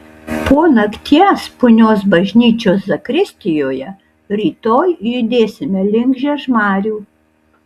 po nakties punios bažnyčios zakristijoje rytoj judėsime link žiežmarių